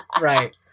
Right